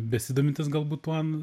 besidomintis galbūt tuom